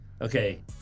Okay